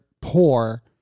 poor